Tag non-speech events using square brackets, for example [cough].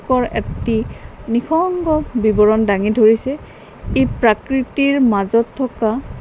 [unintelligible] এটি নিসংগ বিৱৰণ দাঙি ধৰিছে ই প্ৰকৃতিৰ মাজত থকা